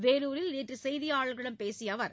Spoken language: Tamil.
வேலூரில் நேற்று செய்தியாளர்களிம் பேசிய அவர்